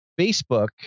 Facebook